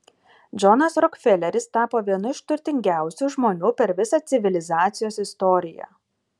džonas rokfeleris tapo vienu iš turtingiausių žmonių per visą civilizacijos istoriją